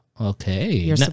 Okay